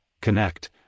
connect